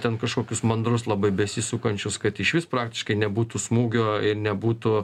ten kažkokius mandrus labai besisukančius kad išvis praktiškai nebūtų smūgio nebūtų